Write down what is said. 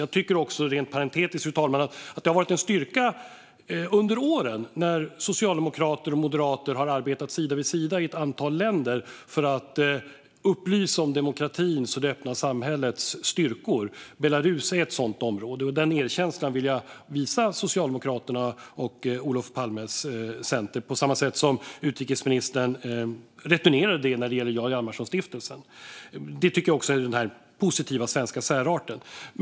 Jag tycker också, rent parentetiskt, fru talman, att det har varit en styrka under åren att socialdemokrater och moderater har arbetat sida vid sida i ett antal länder för att upplysa om demokratins och det öppna samhällets styrkor. Belarus är ett sådant område. Den erkänslan vill jag visa Socialdemokraterna och Olof Palmes internationella center på samma sätt som utrikesministern returnerade det när det gäller Jarl Halmarson-stiftelsen. Det tycker jag visar på den positiva svenska särarten.